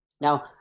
Now